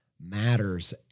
matters